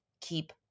keep